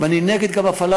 ואני גם נגד הפעלת,